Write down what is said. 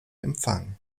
empfang